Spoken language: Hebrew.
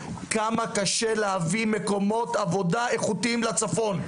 כמה קשה להביא מקומות עבודה איכותיים לצפון.